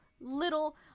little